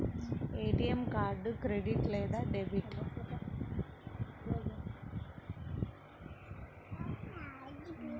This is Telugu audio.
ఏ.టీ.ఎం కార్డు క్రెడిట్ లేదా డెబిట్?